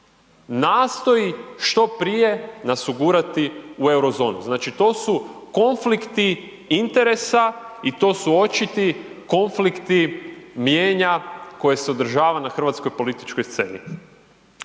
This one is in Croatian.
nastoji što prije nas ugurati u euro zonu. Znači, to su konflikti interesa i to su očiti konflikti mnijenja koje se održava na hrvatskoj političkoj sceni.